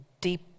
deep